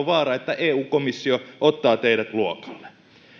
vaara että eu komissio ottaa teidät luokalle